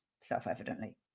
self-evidently